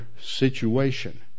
situation